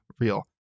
real